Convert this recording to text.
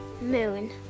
Moon